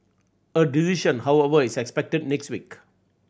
a decision however is expected next week